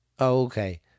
Okay